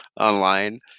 online